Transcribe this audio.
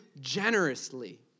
generously